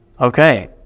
Okay